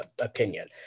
opinion